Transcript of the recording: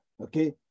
Okay